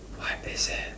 what is it